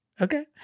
Okay